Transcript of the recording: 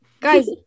Guys